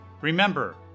Remember